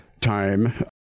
time